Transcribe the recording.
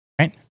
Right